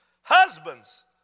Husbands